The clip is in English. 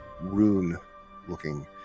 rune-looking